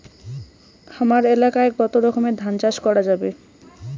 হামার এলাকায় কতো রকমের ধান চাষ করা যাবে?